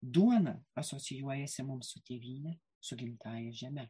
duona asocijuojasi mums su tėvyne su gimtąja žeme